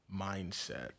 mindset